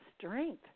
strength